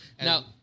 Now